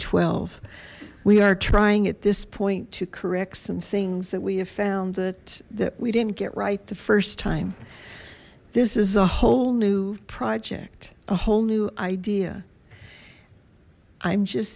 twelve we are trying at this point to correct some things that we have found that that we didn't get right the first time this is a whole new project a whole new idea i'm just